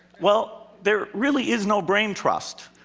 well there really is no brain trust.